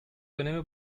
dönemi